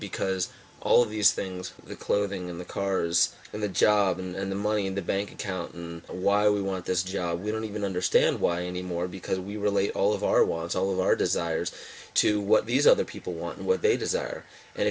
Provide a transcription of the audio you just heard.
because all these things the clothing and the cars and the job and the money in the bank account and why we want this job we don't even understand why anymore because we relate all of our wants all of our desires to what these other people want what they desire and